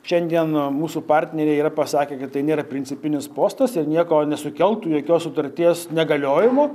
šiandien mūsų partneriai yra pasakę kad tai nėra principinis postas ir nieko nesukeltų jokios sutarties negaliojimo